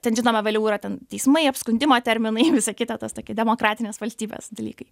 ten žinoma vėliau yra ten teismai apskundimo terminai visa kita tas toki demokratinės valstybės dalykai